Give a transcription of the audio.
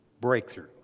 breakthrough